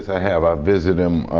i have. i visit him.